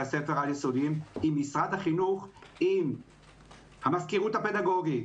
הספר העל-יסודיים עם המזכירות הפדגוגית,